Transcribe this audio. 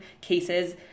cases